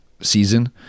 season